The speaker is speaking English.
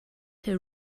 her